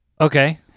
Okay